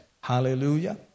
Hallelujah